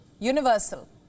Universal